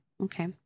Okay